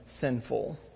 sinful